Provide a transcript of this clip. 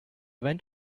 went